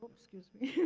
um excuse me,